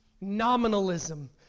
nominalism